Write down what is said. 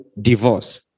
divorce